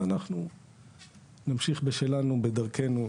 ואנחנו נמשיך בשלנו בדרכנו,